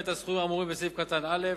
לעדכן, בצו, את הסכומים האמורים בסעיף קטן (א),